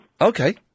Okay